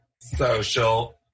social